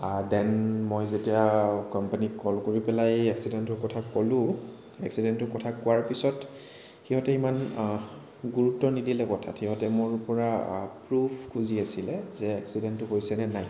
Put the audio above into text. then মই যেতিয়া কোম্পেনীত কল কৰি পেলাই এক্সিডেণ্টটোৰ কথা ক'লো এক্সিডেণ্টটোৰ কথা কোৱাৰ পিছত সিহঁতে ইমান গুৰুত্ব নিদিলে কথাত সিহঁতে মোৰ পৰা প্ৰুফ খুজি আছিল যে এক্সিডেণ্টটো হৈছে নে নাই